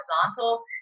horizontal